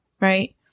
right